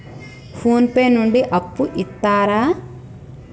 Phone pay నుండి అప్పు ఇత్తరా?